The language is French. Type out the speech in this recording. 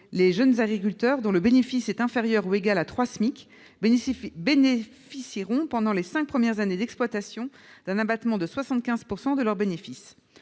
Les jeunes agriculteurs dont le bénéfice est inférieur ou égal à trois SMIC obtiendront, pendant les cinq premières années d'exploitation, un abattement de 75 % de leur bénéfice.